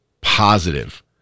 positive